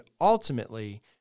ultimately